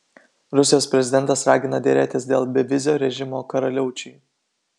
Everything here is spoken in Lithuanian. rusijos prezidentas ragina derėtis dėl bevizio režimo karaliaučiui